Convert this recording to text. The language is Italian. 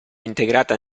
integrata